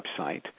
website